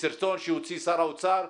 בסרטון שהוציא שר האוצר,